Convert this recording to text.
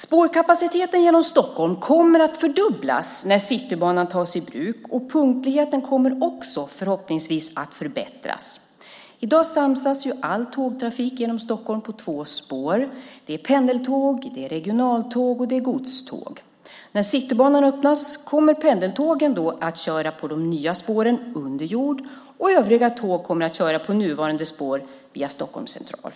Spårkapaciteten genom Stockholm kommer att fördubblas när Citybanan tas i bruk, och punktligheten kommer också förhoppningsvis att förbättras. I dag samsas all tågtrafik genom Stockholm på två spår. Det är pendeltåg, regionaltåg och godståg. När Citybanan öppnas kommer pendeltågen att köra på de nya spåren under jord, och övriga tåg kommer att köra på nuvarande spår via Stockholms central.